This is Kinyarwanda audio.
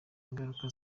ingaruka